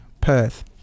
Perth